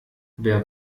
wer